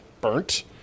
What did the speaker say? Burnt